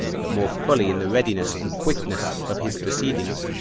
but more fully in the readiness and quickness of his proceedings,